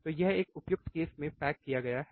तो यह एक उपयुक्त केस में में पैक किया गया है